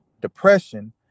depression